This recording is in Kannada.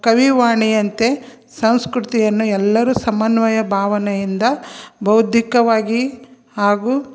ಕವಿವಾಣಿ ಅಂತೆ ಸಂಸ್ಕೃತಿಯನ್ನು ಎಲ್ಲರೂ ಸಮನ್ವಯ ಭಾವನೆಯಿಂದ ಬೌದ್ಧಿಕವಾಗಿ ಹಾಗೂ